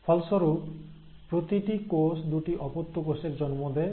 ফলস্বরূপ প্রতিটি কোষ দুটি অপত্য কোষের জন্ম দেয়